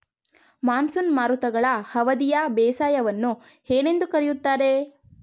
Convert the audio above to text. Monsoon ಮಾರುತಗಳ ಅವಧಿಯ ಬೇಸಾಯವನ್ನು ಏನೆಂದು ಕರೆಯುತ್ತಾರೆ?